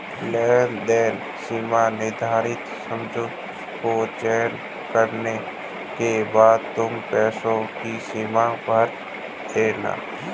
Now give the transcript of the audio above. लेनदेन सीमा निर्धारित सुझाव को चयन करने के बाद तुम पैसों की सीमा भर देना